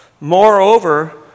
Moreover